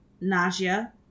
nausea